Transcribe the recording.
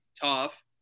tough